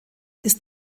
ist